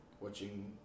watching